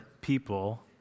people